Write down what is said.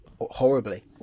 horribly